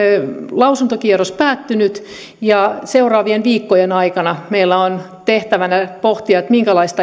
lausuntokierros päättynyt ja seuraavien viikkojen aikana meillä on tehtävänä pohtia minkälaista